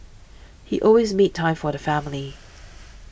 he always made time for the family